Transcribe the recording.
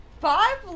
Five